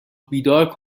بیدار